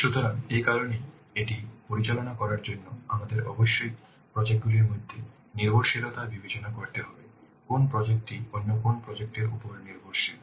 সুতরাং এই কারণেই এটি পরিচালনা করার জন্য আমাদের অবশ্যই প্রজেক্ট গুলির মধ্যে নির্ভরশীলতা বিবেচনা করতে হবে কোন প্রজেক্ট টি অন্য কোন প্রজেক্ট এর উপর নির্ভরশীল